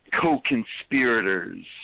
co-conspirators